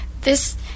This